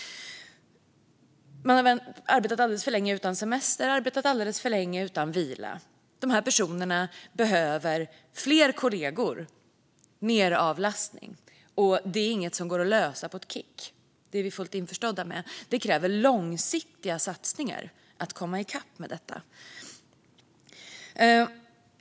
De har arbetat alldeles för länge utan semester och utan vila. Dessa personer behöver fler kollegor och mer avlastning. Det är inget som går att lösa på ett kick. Det är vi fullt införstådda med. Det kräver långsiktiga satsningar att komma i kapp med detta.